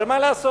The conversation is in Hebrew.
אבל מה לעשות,